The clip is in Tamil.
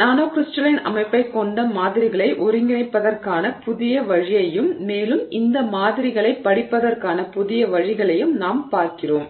நானோகிரிஸ்டலின் அமைப்பைக் கொண்ட மாதிரிகளை ஒருங்கிணைப்பதற்கான புதிய வழியையும் மேலும் அந்த மாதிரிகளைப் படிப்பதற்கான புதிய வழிகளையும் நாம் பார்க்கிறோம்